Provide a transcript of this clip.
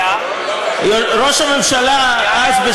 ראש הממשלה אז,